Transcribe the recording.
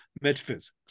metaphysics